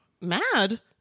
Mad